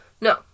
No